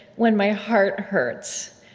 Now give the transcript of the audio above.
when my heart hurts,